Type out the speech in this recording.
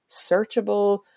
searchable